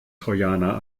trojaner